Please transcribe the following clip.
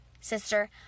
Sister